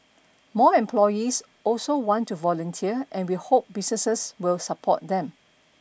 more employees also want to volunteer and we hope businesses will support them